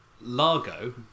Largo